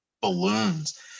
balloons